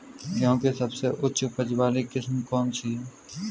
गेहूँ की सबसे उच्च उपज बाली किस्म कौनसी है?